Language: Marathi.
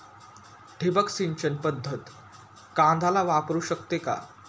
ठिबक सिंचन पद्धत कांद्याला वापरू शकते का?